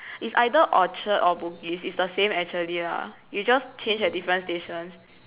is either orchard or bugis is the same actually lah you just change at different stations